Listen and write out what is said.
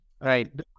Right